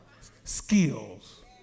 skills